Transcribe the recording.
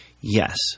Yes